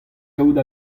kavout